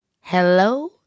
Hello